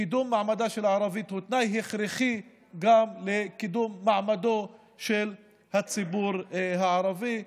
קידום מעמדה של הערבית הוא תנאי הכרחי גם לקידום מעמדו של הציבור הערבי.